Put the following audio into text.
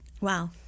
Wow